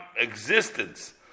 existence